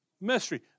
mystery